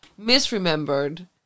misremembered